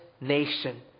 nation